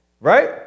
right